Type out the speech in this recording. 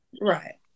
Right